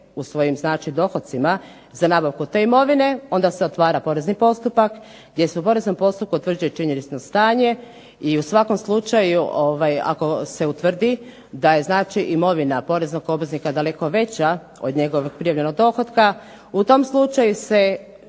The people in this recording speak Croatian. u svojim znači dohocima za nabavku te imovine onda se otvara porezni postupak gdje se u poreznom postupku utvrđuje činjenično stanje i u svakom slučaju ako se utvrdi da je znači imovina poreznog obveznika daleko veća od njegovog prijavljenog dohotka u tom slučaju se